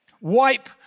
Wipe